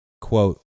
quote